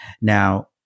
now